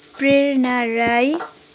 Prerana Rai